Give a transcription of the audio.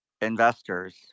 investors